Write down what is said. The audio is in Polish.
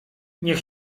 niech